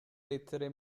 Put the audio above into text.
lettere